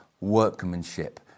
workmanship